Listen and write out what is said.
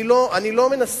אתה חי בשבלונות.